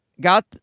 got